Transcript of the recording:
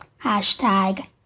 Hashtag